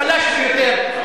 החלש ביותר,